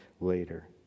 later